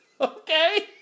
Okay